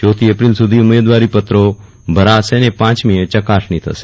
ચોથી એપ્રિલ સુધી ઉમેદવારી પત્રો ભરાશે અને પાંચમીએ ચકાસણી થશે